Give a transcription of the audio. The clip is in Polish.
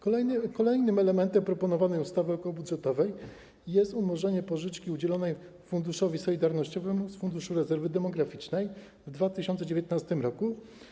Kolejnym elementem proponowanej ustawy okołobudżetowej jest umorzenie pożyczki udzielonej Funduszowi Solidarnościowemu z Funduszu Rezerwy Demograficznej w 2019 r.